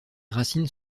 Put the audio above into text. racines